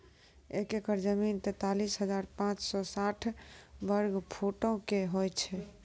एक एकड़ जमीन, तैंतालीस हजार पांच सौ साठ वर्ग फुटो के होय छै